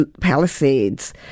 Palisades